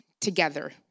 together